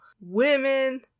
women